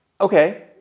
okay